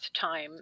time